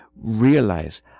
realize